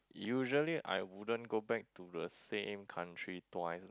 usually I wouldn't go back to the same country twice